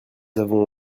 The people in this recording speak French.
avons